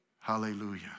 Hallelujah